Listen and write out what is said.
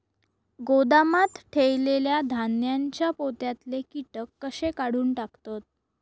गोदामात ठेयलेल्या धान्यांच्या पोत्यातले कीटक कशे काढून टाकतत?